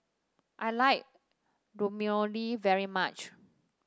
I like very much